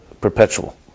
perpetual